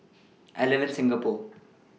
I live in Singapore